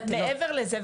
מעבר לזה,